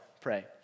pray